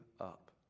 up